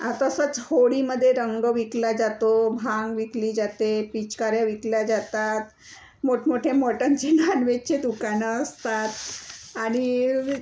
आ तसंच होळीमध्ये रंग विकला जातो भांग विकली जाते पिचकाऱ्या विकल्या जातात मोठमोठे मटनचे नॉनव्हेजचे दुकानं असतात आणि